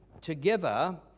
together